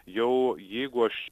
jau jeigu aš